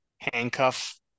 handcuff